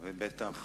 ובטח